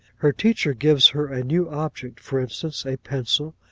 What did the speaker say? her teacher gives her a new object, for instance, a pencil,